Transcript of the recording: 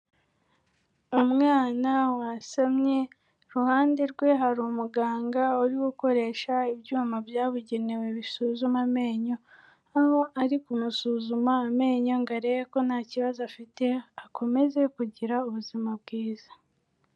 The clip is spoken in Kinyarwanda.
Umwana wasamye ku ruhande rwe hari umuganga uri gukoresha ibyuma byabugenewe bisuzuma amenyo, aho ari kumusuzuma amenyo ngo arebe ko nta kibazo afite akomeze kugira ubuzima bwiza.